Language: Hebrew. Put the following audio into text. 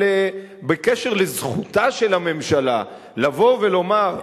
אבל בקשר לזכותה של הממשלה לבוא ולומר,